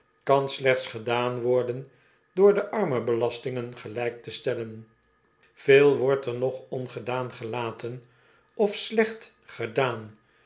kan slechts gedaan worden door de armen belastingen gelijk te stellen veel wordt er nog ongedaan gelaten of slecht gedaan